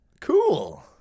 Cool